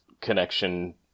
connection